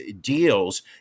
deals